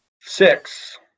six